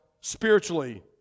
spiritually